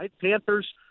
Panthers